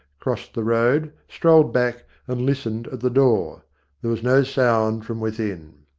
crossed the road, strolled back, and listened at the door there was no sound from within.